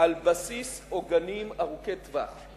על בסיס עוגנים ארוכי טווח.